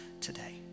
today